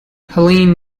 helene